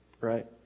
right